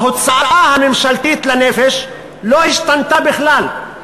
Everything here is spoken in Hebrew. ההוצאה הממשלתית לנפש לא השתנתה בכלל,